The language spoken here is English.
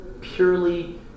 purely